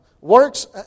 works